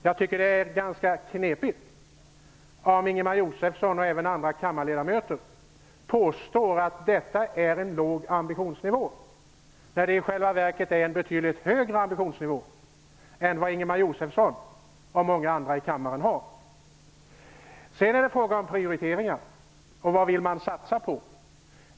Jag tycker det är ganska knepigt om Ingemar Josefsson och andra kammarledamöter påstår att detta är en låg ambitionsnivå, när det i själva verket är en högre ambitionsnivå än vad Ingemar Josefsson och många andra i kammaren har. Sedan är det fråga om prioriteringar och vad man vill satsa på.